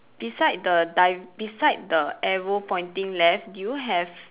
beside the di~ beside the arrow pointing left do you have